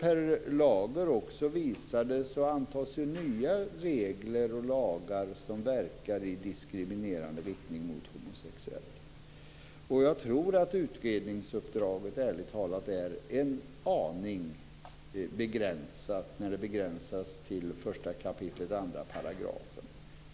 Per Lager visade att nya regler och lagar antas som verkar i diskriminerande riktning mot homosexuella. Jag tror att utredningsuppdraget är en aningen begränsat när det ska gälla 1 kap. 2 §.